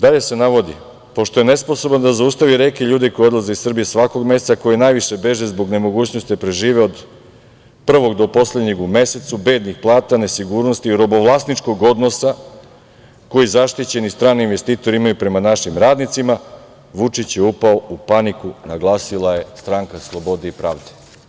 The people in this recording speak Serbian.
Dalje se navodi: „Pošto je nesposoban da zaustavi reke ljudi koji odlaze iz Srbije svakog meseca, koji najviše beže zbog nemogućnosti da prežive od prvog do poslednjeg u mesecu, bednih plata, nesigurnosti i robovlasničkog odnosa, koji zaštićeni strani investitori imaju prema našim radnicima, Vučić je upao u paniku“, naglasila je Stranka slobodne i pravde.